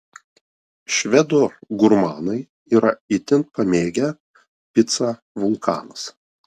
švedų gurmanai yra itin pamėgę picą vulkanas